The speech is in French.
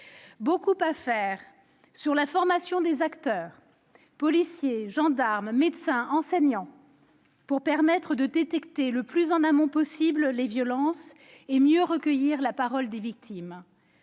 Beaucoup à faire sur la formation des acteurs- policiers, gendarmes, médecins, enseignants, etc. -, pour permettre de détecter le plus en amont possible les violences et mieux recueillir la parole des victimes